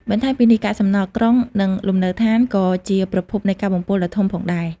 បន្ថែមពីនេះ កាកសំណល់ក្រុង និងលំនៅឋាន ក៏ជាប្រភពនៃការបំពុលដ៏ធំផងដែរ។